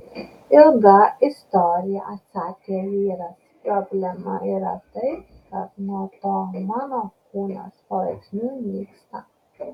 ilga istorija atsakė vyras problema yra tai kad nuo to mano kūnas palaipsniui nyksta